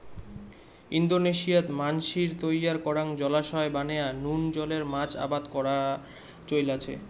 ইন্দোনেশিয়াত মানষির তৈয়ার করাং জলাশয় বানেয়া নুন জলের মাছ আবাদ করার চৈল আচে